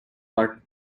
art